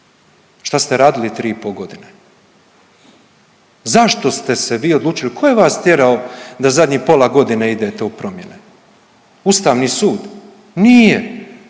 Šta ste radili tri i po godine? Zašto ste se vi odlučili, ko je vas tjerao da zadnji pola godine idete u promjene? Ustavni sud? Nije.